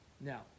Now